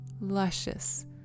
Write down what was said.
luscious